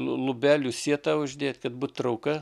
lubelių sietą uždėt kad būt trauka